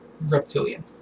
reptilian